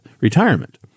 retirement